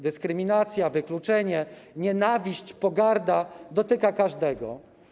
Dyskryminacja, wykluczenie, nienawiść, pogarda dotyka każdego.